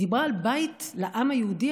היא דיברה על בית לעם היהודי,